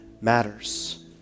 matters